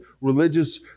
religious